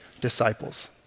disciples